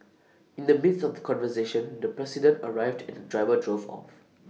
in the midst of the conversation the president arrived and the driver drove off